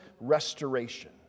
restoration